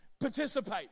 Participate